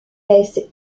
laisse